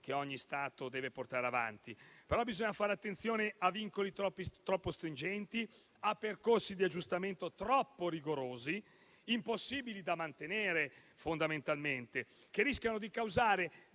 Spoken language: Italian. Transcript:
che ogni Stato deve portare avanti. Però bisogna fare attenzione a vincoli troppo stringenti e a percorsi di aggiustamento troppo rigorosi, fondamentalmente impossibili da mantenere, che rischiano di causare